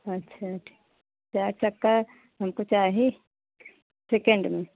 अच्छा ठीक़ चार चक्का हमको चाहिए सेकेण्ड में